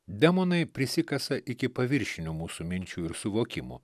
demonai prisikasa iki paviršinių mūsų minčių ir suvokimų